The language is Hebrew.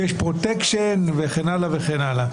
שיש פרוטקשיין, וכן הלאה וכן הלאה.